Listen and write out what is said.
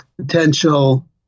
potential